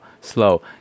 Slow